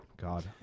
God